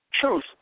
truth